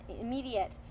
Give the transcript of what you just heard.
immediate